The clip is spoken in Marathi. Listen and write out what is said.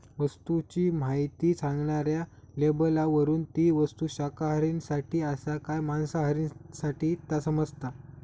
वस्तूची म्हायती सांगणाऱ्या लेबलावरून ती वस्तू शाकाहारींसाठी आसा काय मांसाहारींसाठी ता समाजता